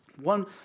One